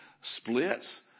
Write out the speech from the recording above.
splits